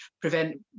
prevent